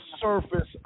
surface